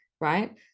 right